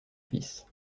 fils